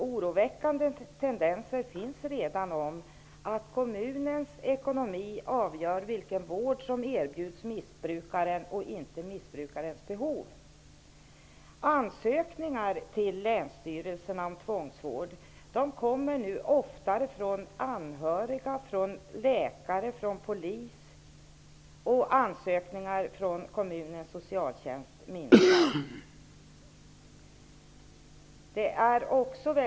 Oroväckande tendenser visar redan att kommunens ekonomi och inte missbrukarens behov avgör vilken vård som erbjuds missbrukaren. Ansökningar till länsstyrelsen om tvångsvård kommer nu oftare från anhöriga, läkare och polis, medan ansökningar från kommunens socialtjänst minskar.